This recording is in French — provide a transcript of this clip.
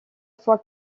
foi